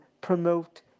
promote